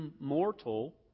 immortal